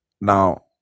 Now